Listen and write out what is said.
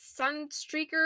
Sunstreaker